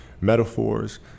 metaphors